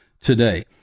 today